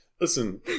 listen